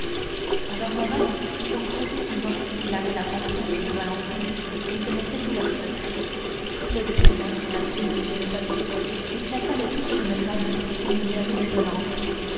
alors morrel pour prouver à noirtier qu'il avait la confiance de valentine et connaissait tous leurs secrets prit le dictionnaire la plume et le papier et plaça le tout sur une table où il y avait une lampe